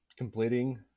Completing